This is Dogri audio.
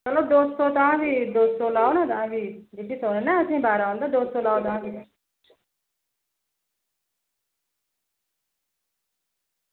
चलो दो लाओ दो लाओ ना तां बी डेढ़ सौ निं ना बारा दो सौ लाओ तां बी